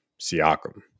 Siakam